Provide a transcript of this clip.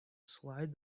slide